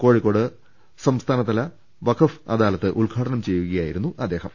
കോഴിക്കേട് സംസ്ഥാന തല വഖ്ഫ് അദാലത്ത് ഉദ് ഘാടനം ചെയ്യുകയായിരുന്നു അദ്ദേഹം